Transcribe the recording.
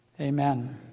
Amen